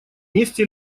месте